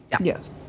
Yes